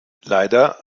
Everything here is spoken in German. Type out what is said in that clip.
leider